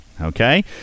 Okay